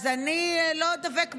אני לא דבק בשוויון,